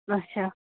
اچھا